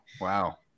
Wow